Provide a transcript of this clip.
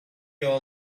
all